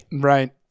right